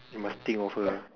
you must think of her ah